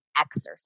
exercise